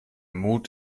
mut